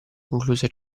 concluse